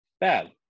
Bad